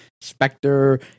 Spectre